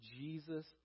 Jesus